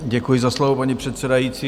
Děkuji za slovo, paní předsedající.